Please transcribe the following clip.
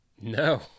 No